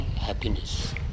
happiness